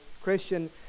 Christian